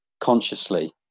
consciously